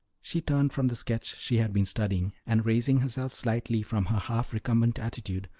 she turned from the sketch she had been studying, and raising herself slightly from her half-recumbent attitude,